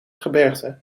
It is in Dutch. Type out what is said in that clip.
gebergte